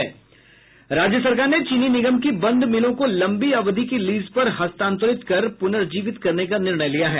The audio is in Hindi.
राज्य सरकार ने चीनी निगम की बंद मिलों को लंबी अवधि की लीज पर हस्तांतरित कर पुनर्जीवित करने का निर्णय लिया है